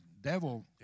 devil